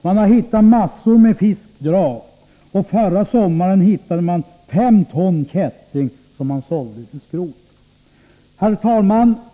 Man har hittat en mängd fiskedrag, och förra sommaren hittade man 5 ton kätting, som man sålde till skrot. Herr talman!